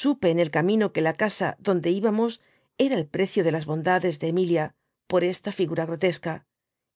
supe en el camino que la casa donde íbamos era el precio de las bondades de emilia por esta figura grotesca